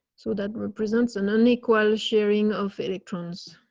so that represents an unequal sharing of electrons.